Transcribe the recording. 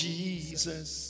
Jesus